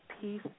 peace